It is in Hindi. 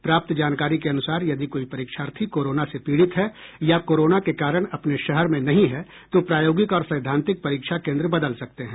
प्राप्त जानकारी के अनुसार यदि कोई परीक्षार्थी कोरोना से पीड़ित है या कोरोना के कारण अपने शहर में नहीं हैं तो प्रायोगिक और सैद्वांतिक परीक्षा केन्द्र बदल सकते हैं